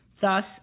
thus